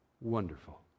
Wonderful